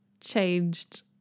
changed